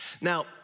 Now